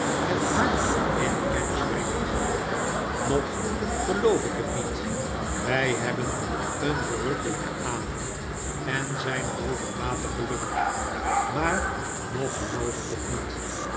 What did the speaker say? met haar in kennis brengt nog geloof ik het niet wij hebben een verrukkelijken avond en zijn bovenmatig gelukkig maar nog geloof ik het niet